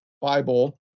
Bible